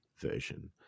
version